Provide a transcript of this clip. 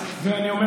ואני אומר,